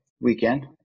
weekend